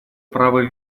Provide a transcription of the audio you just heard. права